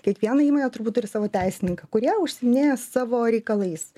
kiekviena įmonė turbūt turi savo teisininką kurie užsiiminėja savo reikalais